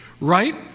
right